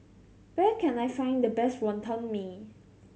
where can I find the best Wonton Mee